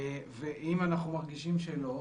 אם אנחנו מרגישים שלא,